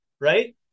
Right